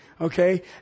Okay